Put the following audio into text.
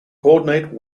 coordinate